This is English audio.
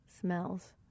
smells